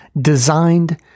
designed